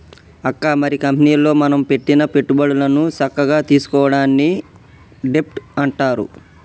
అక్క మరి కంపెనీలో మనం పెట్టిన పెట్టుబడులను సక్కగా తీసుకోవడాన్ని డెబ్ట్ అంటారు